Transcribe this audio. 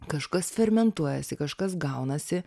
kažkas fermentuojasi kažkas gaunasi